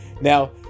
Now